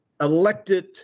elected